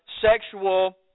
sexual